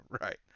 Right